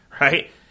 right